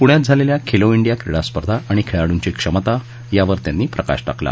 पृण्यात झालेल्या खेलो डिया क्रीडा स्पर्धा आणि खेळाडूंची क्षमता यावर त्यांनी प्रकाश टाकला